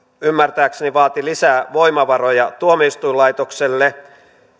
ymmärtääkseni vaati lisää voimavaroja tuomioistuinlaitokselle